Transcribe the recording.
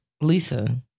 Lisa